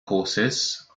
courses